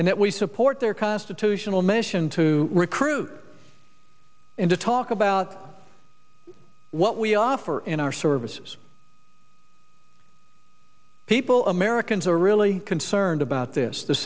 and that we support their constitutional mission to recruit and to talk about what we offer in our services people americans are really concerned about this th